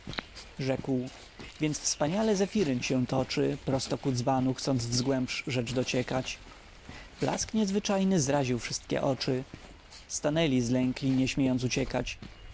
rzekł więc wspaniale zefiryn się toczy prosto ku dzbanu chcąc w głąb rzecz dociekać blask niezwyczajny zraził wszystkich oczy stanęli zlękli nie śmieją uciekać